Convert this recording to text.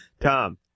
Tom